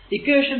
equation 1